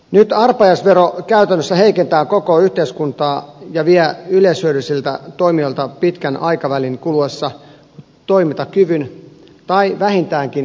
nyt arpajaisvero käytännössä heikentää koko yhteiskuntaa ja vie yleishyödyllisiltä toimijoilta pitkän aikavälin kuluessa toimintakyvyn tai vähintäänkin heikentää sitä